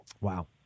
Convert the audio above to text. Wow